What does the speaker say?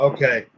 Okay